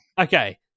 Okay